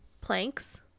planks